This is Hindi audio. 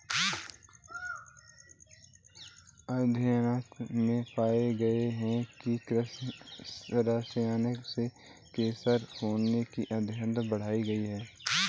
अध्ययनों में पाया गया है कि कृषि रसायनों से कैंसर होने की आशंकाएं बढ़ गई